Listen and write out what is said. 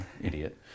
idiot